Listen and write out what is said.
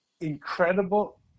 Incredible